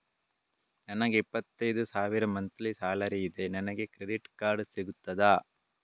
ನನಗೆ ಇಪ್ಪತ್ತೈದು ಸಾವಿರ ಮಂತ್ಲಿ ಸಾಲರಿ ಇದೆ, ನನಗೆ ಕ್ರೆಡಿಟ್ ಕಾರ್ಡ್ ಸಿಗುತ್ತದಾ?